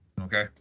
okay